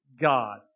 God